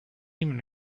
even